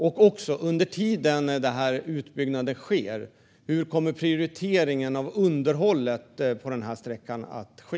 Och under tiden utbyggnaden sker - hur kommer prioriteringen av underhållet på sträckan att ske?